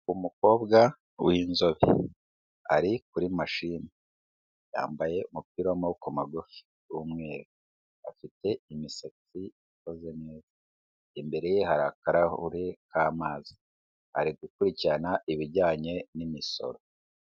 Umukobwa w'inzobe, ari kuri mashini, yambaye umupira w'amaboko magufi w'umweru, afite imisatsi ikoze neza, imbere ye hari akarahure k'amazi, ari gukurikirana ibijyanye n'imisoro.